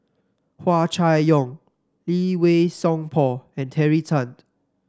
Hua Chai Yong Lee Wei Song Paul and Terry Tan